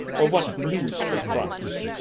or what newes from france?